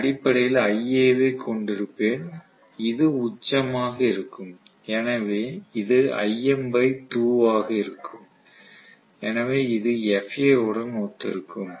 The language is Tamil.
நான் அடிப்படையில் iA வை கொண்டிருப்பேன் இது உச்சமாக இருக்கும் எனவே இது ஆக இருக்கும் எனவே இது FA உடன் ஒத்திருக்கும்